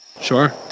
Sure